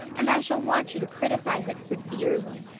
and i shall want you to criticize it severely.